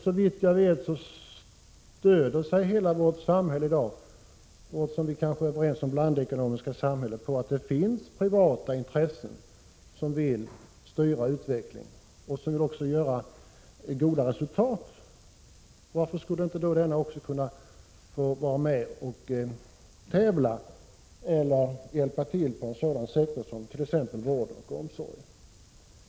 Såvitt jag vet stöder sig hela vårt blandekonomiska samhälle i dag på, och det kan vi kanske vara överens om, att det finns privata intressen som vill styra utvecklingen och även vill åstadkomma goda resultat. Varför skulle då inte privata intressen kunna få vara med och tävla eller hjälpa till inom t.ex. vård och omsorg?